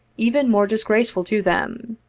even more disgraceful to them.